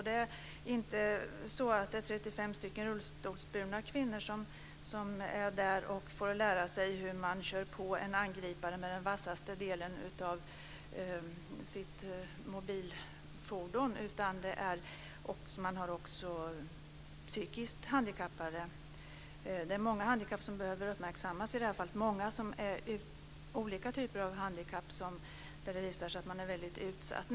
Det är inte så att det bara är 35 rullstolsburna kvinnor som är där och får lära sig hur man kör på en angripare med den vassaste delen av sitt mobilfordon, utan det gäller också psykiskt handikappade. Det är många handikapp som behöver uppmärksammas i det fallet. Det finns ju många olika typer av handikapp där det visar sig att man är väldigt utsatt.